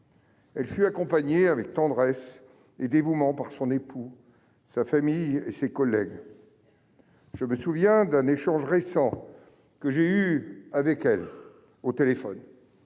Elle fut accompagnée avec tendresse et dévouement par son époux, sa famille et ses collègues. Je me souviens d'un échange récent que j'ai eu avec elle au téléphone